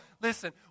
Listen